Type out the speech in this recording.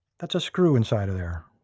that's a screw inside of there.